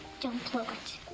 don't blow it.